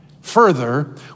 Further